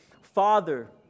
Father